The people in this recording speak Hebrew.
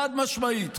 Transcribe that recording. חד-משמעית.